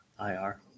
ir